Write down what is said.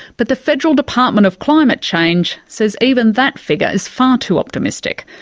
but the federal department of climate change says even that figure is far too optimistic.